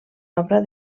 obra